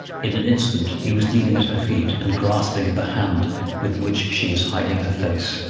in an instant he was kneeling at her feet, and grasping at the hand with which she was hiding her face.